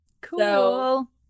cool